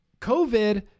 COVID